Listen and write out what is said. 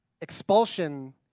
expulsion